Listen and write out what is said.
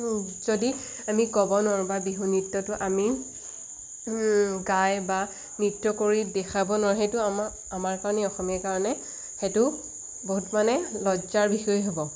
যদি আমি ক'ব নোৱাৰোঁ বা বিহু নৃত্যটো আমি গাই বা নৃত্য কৰি দেখাব নোৱাৰোঁ সেইটো আমাৰ আমাৰ কাৰণে অসমীয়াৰ কাৰণে সেইটো বহুত মানে লজ্জাৰ বিষয় হ'ব